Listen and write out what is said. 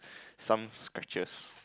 some scratches